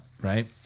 Right